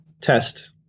test